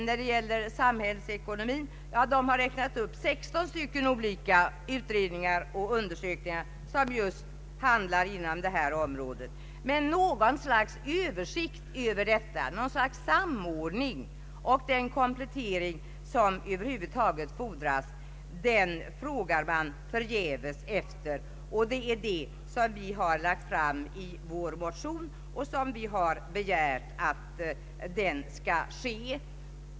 När det gäller samhällsekonomin har man räknat upp 16 olika utredningar och undersökningar, som just berör detta område. Men något slags översikt, samordning eller komplettering av alla dessa undersökningar frågar man förgäves efter. Det är just detta önskemål som vi lagt fram i vår motion.